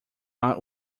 out